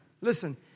Listen